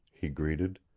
he greeted,